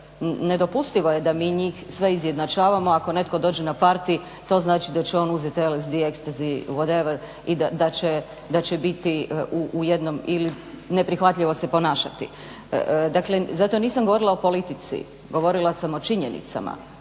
nedopustivo je da mi njih sve izjedančavamo ako netko dođe na party to znači da će on uzeti LSD, ecstasy, whatever i da će neprihvatljivo se ponašati. Dakle, zato nisam govorila o politici, govorila sam o činjenicama.